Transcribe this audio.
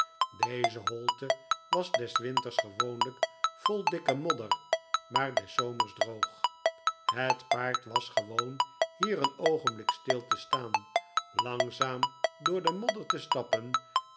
deze holte was des winters gewoonlijk vol dikke raodder maar des zomers droog het paard was gewoon hier een oogenblik stil te staan langzaam door de modder te stappen